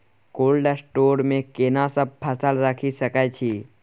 Cold store मे केना सब फसल रखि सकय छी?